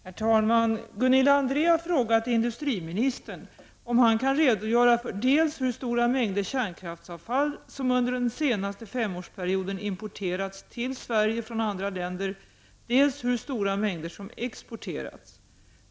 Herr talman! Gunilla André har frågat industriministern om han kan redogöra för dels hur stora mängder kärnkraftsavfall som under den senaste femårsperioden importerats till Sverige från andra länder, dels hur stora mängder som exporterats.